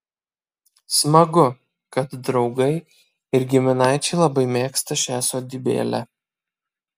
smagu kad draugai ir giminaičiai labai mėgsta šią sodybėlę